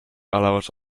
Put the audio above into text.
allowed